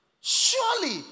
Surely